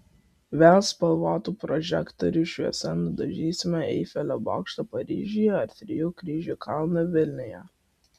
vėl spalvotų prožektorių šviesa nudažysime eifelio bokštą paryžiuje ar trijų kryžių kalną vilniuje